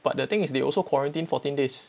but the thing is they also quarantine fourteen days